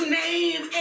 name